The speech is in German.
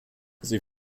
sie